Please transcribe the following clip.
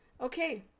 okay